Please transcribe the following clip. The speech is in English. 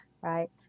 right